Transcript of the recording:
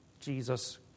Jesus